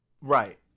Right